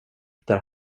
där